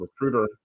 recruiter